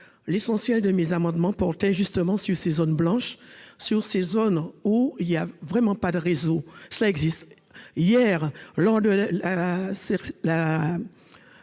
l'essentiel de mes amendements portaient justement sur ces zones blanches, où il n'y a vraiment pas de réseau. Hier, lors de la